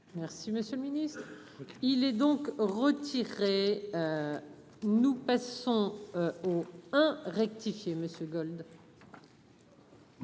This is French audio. Merci, monsieur le Ministre, il est donc retiré. Et nous passons au hein rectifier Monsieur Gold.